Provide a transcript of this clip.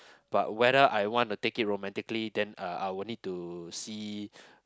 but whether I want to take it romantically then uh I will need to see